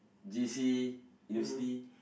J_C university